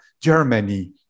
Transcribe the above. Germany